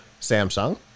Samsung